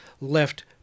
left